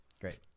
Great